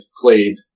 played